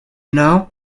know